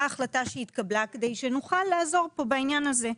ההחלטה שהתקבלה כדי שנוכל לעזור בעניין הזה.